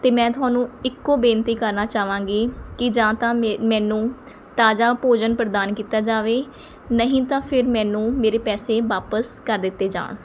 ਅਤੇ ਮੈਂ ਤੁਹਾਨੂੰ ਇੱਕੋ ਬੇਨਤੀ ਕਰਨਾ ਚਾਵਾਂਗੀ ਕਿ ਜਾਂ ਤਾਂ ਮੈਨੂੰ ਤਾਜ਼ਾ ਭੋਜਨ ਪ੍ਰਦਾਨ ਕੀਤਾ ਜਾਵੇ ਨਹੀਂ ਤਾਂ ਫਿਰ ਮੈਨੂੰ ਮੇਰੇ ਪੈਸੇ ਵਾਪਸ ਕਰ ਦਿੱਤੇ ਜਾਣ